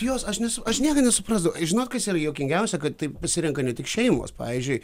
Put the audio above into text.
jos aš nesu aš niekad nesuprasdavau žinot kas yra juokingiausia kad taip pasirenka ne tik šeimos pavyzdžiui